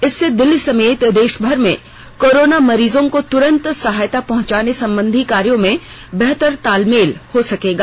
इससे दिल्ली समेत देश भर में कोरोना मरीजों को तुरंत सहायता पहंचाने संबंधी कार्यों में बेहतर तालमेल हो सकेगा